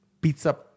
pizza